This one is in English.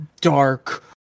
dark